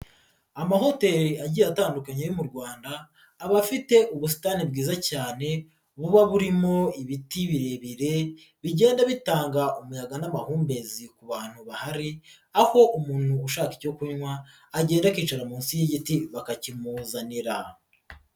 Amahoteli agiye atandukanye yo mu Rwanda aba afite ubusitani bwiza cyane buba burimo ibiti birebire bigenda bitanga umuyaga n'amahumbezi ku bantu bahari, aho umuntu ushaka icyo kunywa, agenda akicara munsi y'igiti bakakimuzanira.